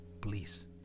please